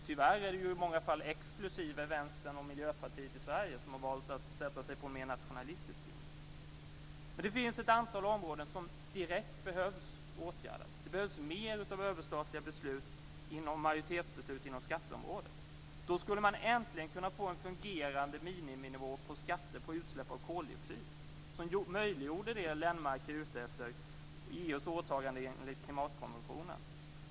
Tyvärr är det många, exklusive Vänstern och Miljöpartiet i Sverige, som har valt att ställa sig på en mer nationalistisk linje. Det finns ett antal områden som direkt behöver åtgärdas. Det behövs mer av överstatliga beslut inom majoritetsbeslut på skatteområdet. Då skulle man äntligen kunna få en fungerande miniminivå på skatter på utsläpp av koldioxid, som skulle möjliggöra det som Lennmarker är ute efter, nämligen EU:s åtagande enligt klimatkonventionen.